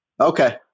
Okay